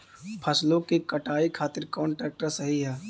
फसलों के कटाई खातिर कौन ट्रैक्टर सही ह?